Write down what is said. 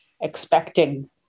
expecting